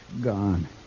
Gone